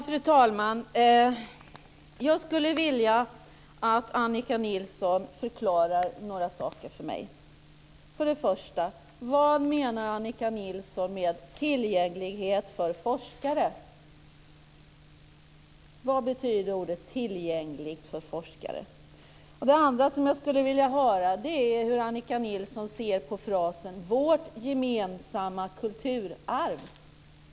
Fru talman! Jag skulle vilja att Annika Nilsson förklarar några saker för mig. För det första: Vad menar Annika Nilsson med tillgänglighet för forskare? Vad betyder orden "tillgängligt för forskare"? För det andra: Hur ser Annika Nilsson på frasen "vårt gemensamma kulturarv"?